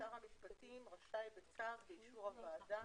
שר המשפטים רשאי, בצו, באישור הוועדה,